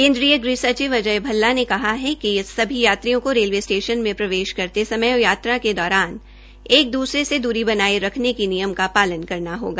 केन्द्रीय गृहसचिव अजय भल्ला ने कहा है कि सभी यात्रियों को रेलवे स्टेशन में प्रवेश करते समय और यात्रा के दौरान एक दूसरे से दूरी बनाये रखने के नियम का पालन करना होगा